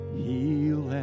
heal